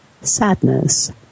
sadness